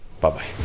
Bye-bye